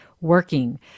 working